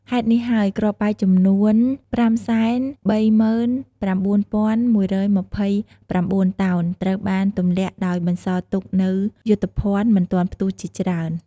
ហេតុនេះហើយគ្រាប់បែក ចំនួន ៥៣៩,១២៩ តោនត្រូវបានទម្លាក់ដោយបន្សល់ទុកនូវយុទ្ធភណ្ឌមិនទាន់ផ្ទុះជាច្រើន។